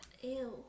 Ew